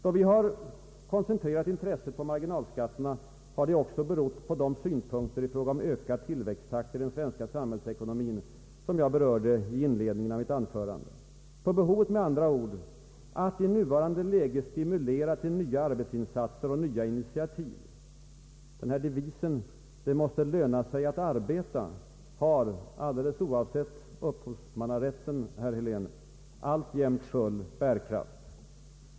Då vi har koncentrerat intresset på marginalskatterna har detta också berott på de synpunkter i fråga om ökad tillväxttakt i den svenska samhällsekonomin som jag berörde i inledningen av mitt anförande, med andra ord på behovet av att i nuvarande läge stimulera till nya arbetsinsatser och nya initiativ. Devisen ”det måste löna sig att arbeta” har — alldeles oavsett upphovsmannarätten, herr Helén — alltjämt full bärkraft.